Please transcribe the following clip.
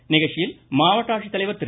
இந்நிகழ்ச்சியில் மாவட்ட ஆட்சித்தலைவர் திரு